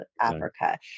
Africa